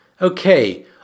Okay